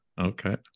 Okay